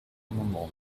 amendement